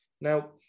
Now